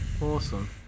Awesome